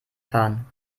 fahren